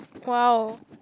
!wow!